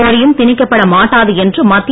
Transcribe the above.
மொழியும் திணிக்கப்பட மாட்டாது என்று மத்திய